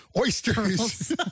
oysters